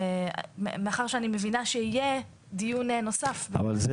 ומאחר ואני מבינה שיהיה דיון נוסף --- אבל זה